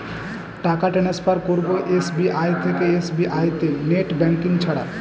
টাকা টান্সফার করব এস.বি.আই থেকে এস.বি.আই তে নেট ব্যাঙ্কিং ছাড়া?